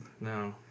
no